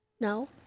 no